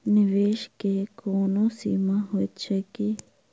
निवेश केँ कोनो सीमा होइत छैक की?